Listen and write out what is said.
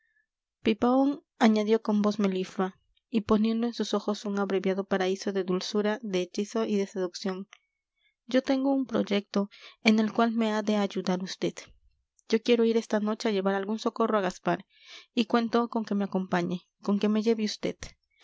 pipaón añadió con voz meliflua y poniendo en sus ojos un abreviado paraíso de dulzura de hechizo y de seducción yo tengo un proyecto en el cual me ha de ayudar vd yo quiero ir esta noche a llevar algún socorro a gaspar y cuento con que me acompañe con que me lleve